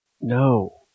No